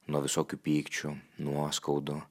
nuo visokių pykčių nuoskaudų